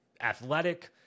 athletic